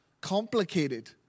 complicated